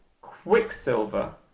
Quicksilver